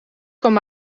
kwam